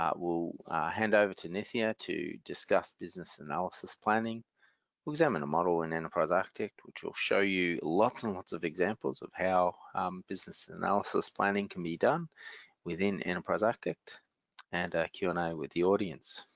we'll hand over to nithya to discuss business analysis planning we'll examine a model in enterprise architect, which will show you lots and lots of examples of how business analysis planning can be done within enterprise architect and q and a with the audience.